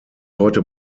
heute